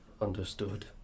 Understood